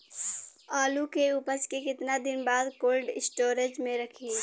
आलू के उपज के कितना दिन बाद कोल्ड स्टोरेज मे रखी?